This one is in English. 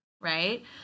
right